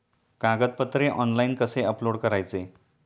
कागदपत्रे ऑनलाइन कसे अपलोड करायचे?